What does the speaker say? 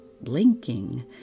blinking